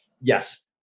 Yes